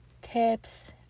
tips